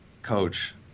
coach